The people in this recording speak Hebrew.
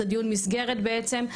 זה דיון מסגרת בעצם,